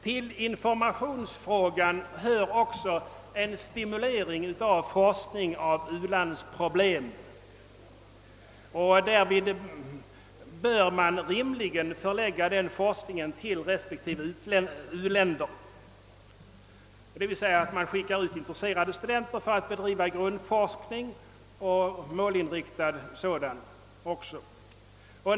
Till informationsfrågan hör också stimulans av forskning om u-landsproblem, och därvid bör forskningen rimligen förläggas till respektive u-land, d.v.s. intresserade studenter bör skickas ut för att bedriva grundforskning, även målinriktad sådan.